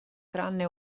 tranne